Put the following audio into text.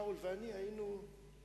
באמת למה צריך, והוא אמר: אוקיי,